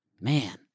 Man